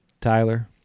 Tyler